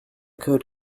code